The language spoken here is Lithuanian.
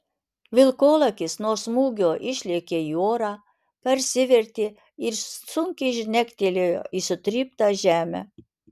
vilkolakis nuo smūgio išlėkė į orą persivertė ir sunkiai žnektelėjo į sutryptą žemę